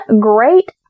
great